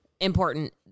important